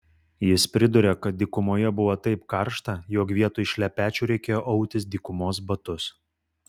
jis priduria kad dykumoje buvo taip karšta jog vietoj šlepečių reikėjo autis dykumos batus